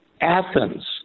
Athens